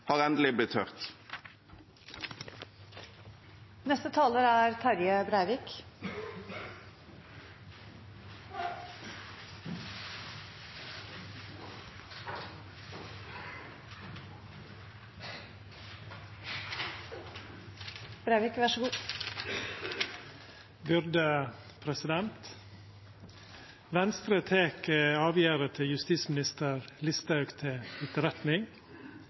har endelig blitt hørt. Venstre tek avgjerda til justisminister Listhaug til etterretning.